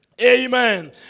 Amen